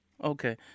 Okay